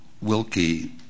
Wilkie